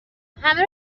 همه